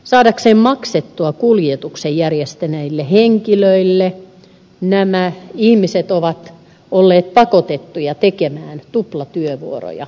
saadakseen maksettua kuljetuksen sen järjestäneille henkilöille nämä ihmiset ovat olleet pakotettuja tekemään tuplatyövuoroja ilman vapaapäiviä